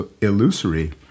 illusory